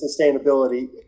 sustainability